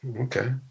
Okay